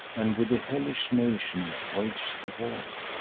and with the hellish nation wage the war.